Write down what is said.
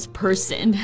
person